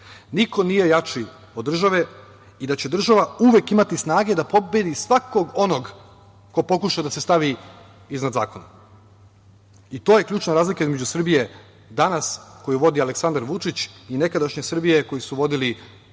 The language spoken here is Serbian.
niko nije jači od države i da će država uvek imati snage da pobedi svakog onog ko pokuša da se stavi iznad zakona, i to je ključna razlika između Srbije danas koju vodi Aleksandar Vučić i nekadašnje Srbije koju su vodili